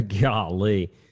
golly